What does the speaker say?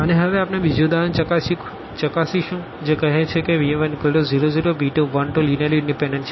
અને હવે આપણે બીજું ઉદાહરણ ચકાસીશું કે જે કહે છે કે v100v212 લીનીઅર્લી ઇનડીપેનડન્ટ છે